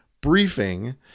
briefing –